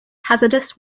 hazardous